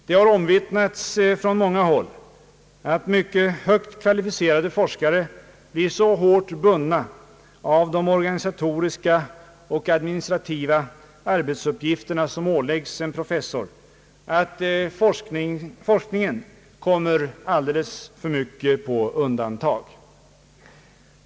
Det har omvittnats från många håll att mycket högt kvalificerade forskare blir så hårt bundna av de organisatoriska och administrativa arbetsuppgifterna som åläggs en professor att forskningen kommer alldeles för mycket på undantag.